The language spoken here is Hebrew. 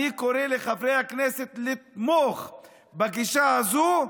אני קורא לחברי הכנסת לתמוך בגישה הזו,